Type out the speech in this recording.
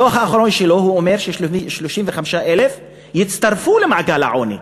בדוח האחרון שלו הוא אומר ש-35,000 יצטרפו למעגל העוני.